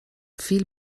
viel